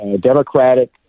Democratic